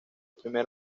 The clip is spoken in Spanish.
primer